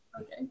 Okay